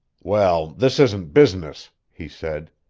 well, this isn't business, he said.